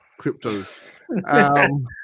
cryptos